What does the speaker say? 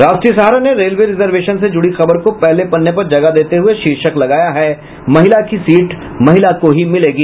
राष्ट्रीय सहारा ने railway reservation से जुड़ी खबर को पहले पन्ने पर जगह देते हुये शीर्षक लगाया है महिला की सीट महिला को ही मिलेगी